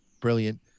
Brilliant